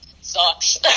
sucks